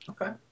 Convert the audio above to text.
okay